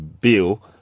Bill